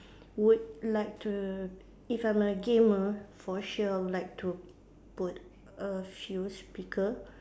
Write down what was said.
would like to if I'm a gamer for sure I would like to put a few speaker